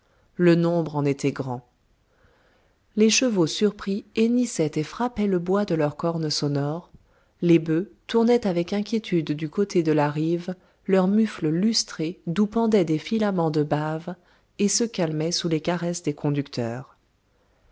le nombre en était grand les chevaux surpris hennissaient et frappaient le bois de leur corne sonore les bœufs tournaient avec inquiétude du côté de la rive leurs mufles lustrés d'où pendaient des filaments de bave et se calmaient sous les caresses des conducteurs